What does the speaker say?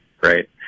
right